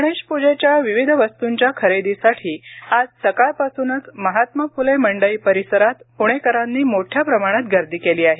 गणेश पूजेच्या विविध वस्तूंच्या खरेदीसाठी आज सकाळपासूनच महात्मा फुले मंडई परिसरात प्णेकरांनी मोठ्या प्रमाणात गर्दी केली आहे